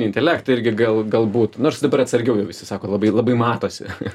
intelektą irgi gal galbūt nors dabar atsargiau jau visi sako labai labai matosi